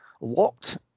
locked